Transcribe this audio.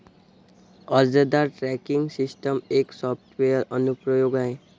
अर्जदार tracking system एक software अनुप्रयोग आहे